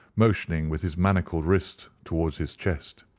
motioning with his manacled wrists towards his chest.